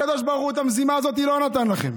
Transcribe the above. הקדוש ברוך הוא, את המזימה הזאת לא נתן לכם.